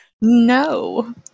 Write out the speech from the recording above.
no